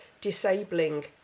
disabling